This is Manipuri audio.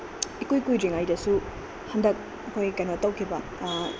ꯏꯀꯨꯏ ꯀꯨꯏꯗ꯭ꯔꯤꯉꯩꯗꯁꯨ ꯍꯟꯗꯛ ꯑꯩꯈꯣꯏ ꯀꯩꯅꯣ ꯇꯧꯈꯤꯕ